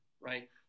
right